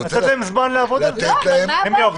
אתה מציע לאשר את התקנות עד יום ראשון זה חמישה ימים